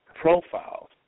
profiles